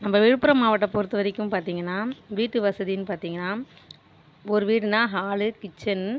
நம்ம விழுப்புர மாவட்டம் பொறுத்த வரைக்கும் பார்த்தீங்கனா வீட்டு வசதினு பாத்தீங்கனா ஒரு வீடுனா ஹாலு கிச்சன்